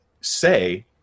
say